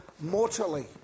mortally